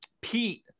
Pete